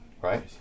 right